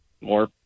more